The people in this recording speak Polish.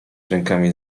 rękami